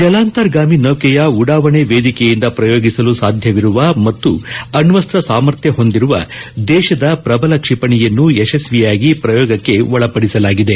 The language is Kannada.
ಜಲಾಂತರ್ಗಾಮಿ ನೌಕೆಯ ಉಡಾವಣೆ ವೇದಿಕೆಯಿಂದ ಪ್ರಯೋಗಿಸಲು ಸಾಧ್ಯವಿರುವ ಮತ್ತು ಅಣ್ವಸ್ತ್ರ ಸಾಮರ್ಥ್ಯ ಹೊಂದಿರುವ ದೇಶದ ಪ್ರಬಲ ಕ್ಷಿಪಣಿಯನ್ನು ಯಶಸ್ಸಿಯಾಗಿ ಪ್ರಯೋಗಕ್ಕೆ ಒಳಪಡಿಸಲಾಗಿದೆ